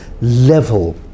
level